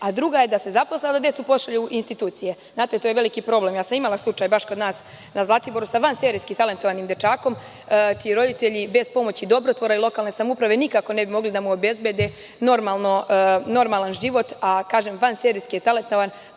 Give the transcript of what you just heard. a druga je da se zaposle, a da decu pošalju u institucije. Znate, to je veliki problem. Imala sam slučaj kod nas na Zlatiboru sa vanserijski talentovanim dečakom čiji roditelji bez pomoći dobrotvora i lokalne samouprave nikako ne bi mogli da mu obezbede normalan život. Kažem vanserijski je talentovan,